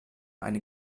eine